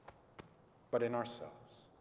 but in ourselves.